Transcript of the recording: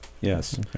Yes